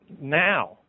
now